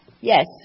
Yes